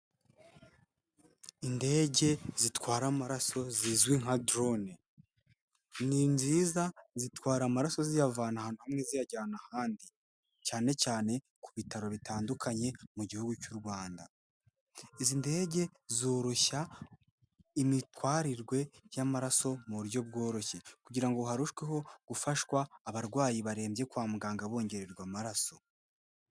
Indege zitwara amaraso zizwi nka drone. Ni nziza zitwara amaraso ziyavana ahantu hamwe ziyajyana ahandi cyane cyane ku bitaro bitandukanye mu gihugu cy'u Rwanda. Izi ndege zoroshya imitwarirwe y'amaraso mu buryo bworoshye kugira ngo harushweho gufashwa abarwayi barembye kwa muganga bongererwa amaraso.